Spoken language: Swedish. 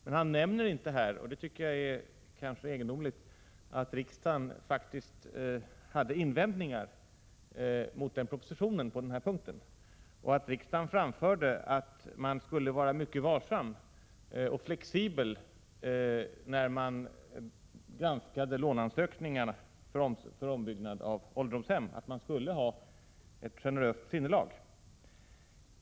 Men han nämner inte — och det tycker jag är litet egendomligt — att riksdagen faktiskt hade invändningar mot propositionen på den här punkten och att riksdagen framförde att man vid granskningen av ansökningarna om lån för utbyggnad av ålderdomshem skulle vara mycket varsam och flexibel och visa ett generöst sinnelag.